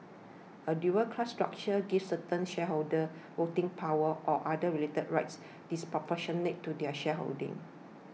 a dual class structure gives certain shareholders voting power or other related rights disproportionate to their shareholding